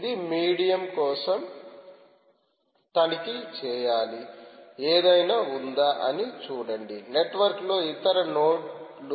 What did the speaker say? ఇది మీడియం కోసం తనిఖీ చేయాలి ఏదైనా ఉందా అని చూడండి నెట్వర్క్లో ఇతర నోడ్లు ఉంటే